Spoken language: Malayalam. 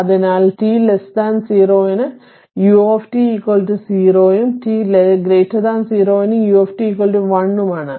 അതിനാൽ t 0 ന് u 0 ഉം t 0 ന് u 1 ഉം ആണ്